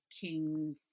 king